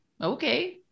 okay